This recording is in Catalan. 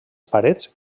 parets